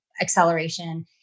acceleration